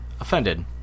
offended